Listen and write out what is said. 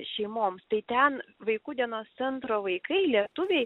šeimoms tai ten vaikų dienos centro vaikai lietuviai